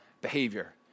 behavior